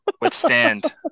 Withstand